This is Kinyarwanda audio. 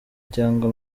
cyangwa